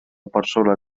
persona